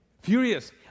Furious